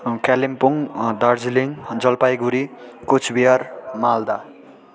Kalimpong Darjeeling Jalpaiguri Cooch Behar Malda